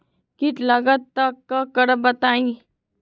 कीट लगत त क करब बताई?